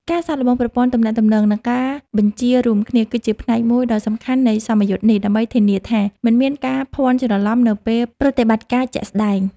ការសាកល្បងប្រព័ន្ធទំនាក់ទំនង និងការបញ្ជារួមគ្នា គឺជាផ្នែកមួយដ៏សំខាន់នៃសមយុទ្ធនេះ ដើម្បីធានាថាមិនមានការភាន់ច្រឡំនៅពេលប្រតិបត្តិការជាក់ស្តែង។